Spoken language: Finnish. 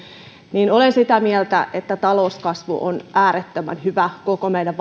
niin olen sitä mieltä että talouskasvu on äärettömän hyvä asia koko meidän